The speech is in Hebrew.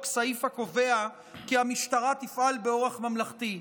סעיף הקובע כי המשטרה תפעל באורח ממלכתי?